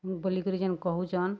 ବୋଲିକରି ଯେନ୍ କହୁଚନ୍